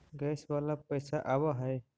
Gas वाला पैसा आव है?